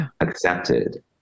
accepted